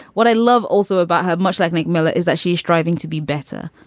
what i love also about her, much like nick miller, is that she's striving to be better,